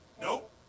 Nope